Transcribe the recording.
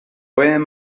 pueden